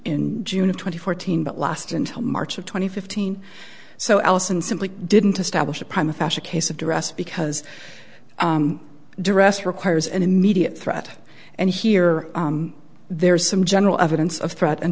in june of twenty fourteen but last until march of twenty fifteen so allison simply didn't establish a prime a fashion case of duress because duress requires an immediate threat and here there's some general evidence of threat and